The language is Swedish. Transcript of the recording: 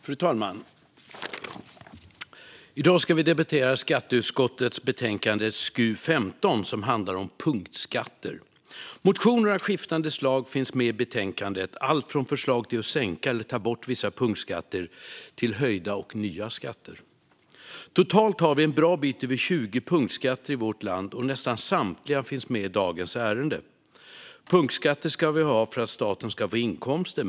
Fru talman! I dag ska vi debattera skatteutskottets betänkande SkU15 som handlar om punktskatter. Motioner av skiftande slag finns med i betänkandet, allt från förslag till att sänka eller ta bort vissa punktskatter till förslag om höjda och nya skatter. Totalt har vi en bra bit över 20 punktskatter i vårt land, och nästan samtliga finns med i dagens ärende. Punktskatter ska vi ha för att staten ska få inkomster.